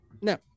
No